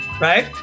Right